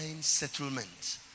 settlement